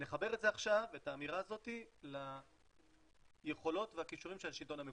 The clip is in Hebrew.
נחבר את האמירה הזאת ליכולות והכישורים של השלטון המקומי.